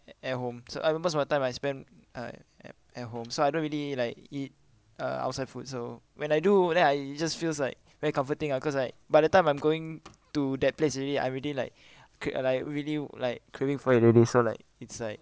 at home so I most of my time I spend uh at at home so I don't really like eat uh outside food so when I do then I it just feels like very comforting ah cause like by the time I'm going to that place already I already like cra~ like really like craving for it already so like it's like